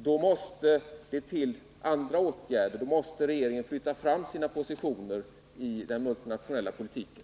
då måste det till andra åtgärder, då måste regeringen flytta fram sina positioner i den multinationella politiken.